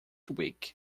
weak